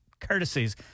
courtesies